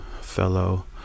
fellow